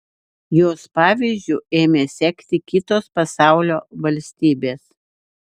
jos pavyzdžiu ėmė sekti kitos pasaulio valstybės